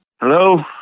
Hello